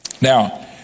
Now